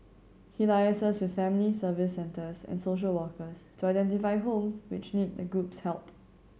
he liaises with family Service Centres and social workers to identify homes which need the group's help